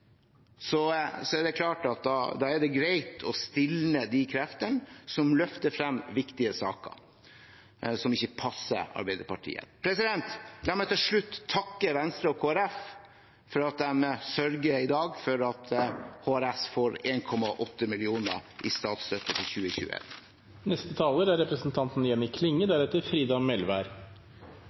er det greit å stilne de kreftene som løfter frem viktige saker som ikke passer Arbeiderpartiet. La meg til slutt takke Venstre og Kristelig Folkeparti for at de i dag sørger for at HRS får 1,8 mill. kr i statsstøtte for 2021. Representanten Jenny Klinge har hatt ordet to ganger tidligere og får ordet til en kort merknad, begrenset til 1 minutt. Representanten